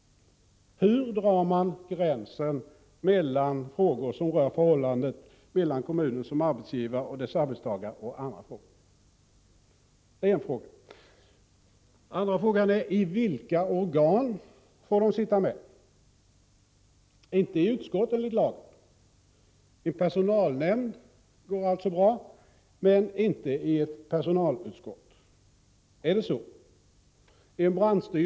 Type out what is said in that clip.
Hur drar man gränsen mellan frågor som rör förhållandet mellan kommunen som arbetsgivare och dess arbetstagare och andra frågor? Den andra frågan är: I vilka organ får de fackliga representanterna sitta med? Enligt lagen får de inte göra det i utskott. I en personalnämnd går det alltså bra, men inte i ett personalutskott. Är det så?